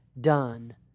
done